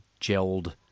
gelled